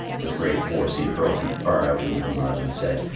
with great force he hurled him far out into the mud, and said,